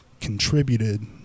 Contributed